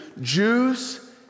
Jews